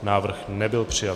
Návrh nebyl přijat.